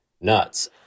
nuts